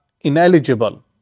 ineligible